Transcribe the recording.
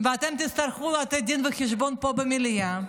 ואתם תצטרכו לתת דין חשבון פה, במליאה,